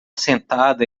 sentada